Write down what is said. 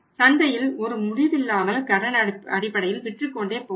சந்தையில் ஒரு முடிவில்லாமல் கடன் அடிப்படையில் விற்றுக்கொண்டே போகலாம்